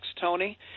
Tony